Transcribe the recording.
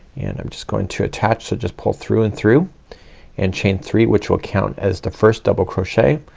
and i'm just going to attach so just pull through and through and chain three which will count as the first double crochet.